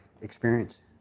experience